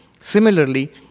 Similarly